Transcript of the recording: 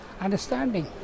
understanding